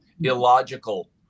illogical